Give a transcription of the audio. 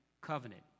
covenant